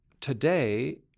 today